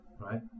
right